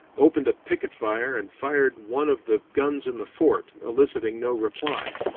opened a picket fire and fired one of the guns in the fort, eliciting no reply.